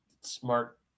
smart